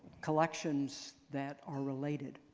collections that are related.